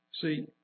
See